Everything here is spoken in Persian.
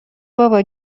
بابا